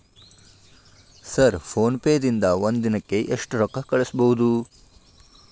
Sir PhonePe ದಿಂದ ಒಂದು ದಿನಕ್ಕೆ ಎಷ್ಟು ರೊಕ್ಕಾ ಕಳಿಸಬಹುದು?